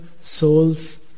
soul's